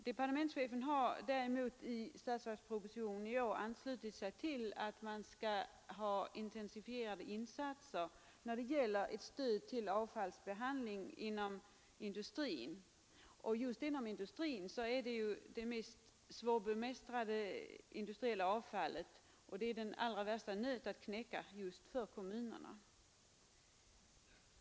Departementschefen har däremot i årets statsverksproposition anslutit sig till tanken på intensifierade insatser för avfallsbehandling inom industrin. Just industriavfallet är ju det mest svårbemästrade avfallet, och det är den allra värsta nöt att knäcka för kommunerna.